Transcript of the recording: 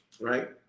Right